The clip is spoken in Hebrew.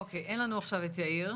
אוקיי, אין לנו עכשיו את יאיר.